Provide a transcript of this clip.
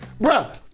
Bruh